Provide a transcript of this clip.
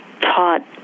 taught